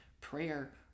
prayer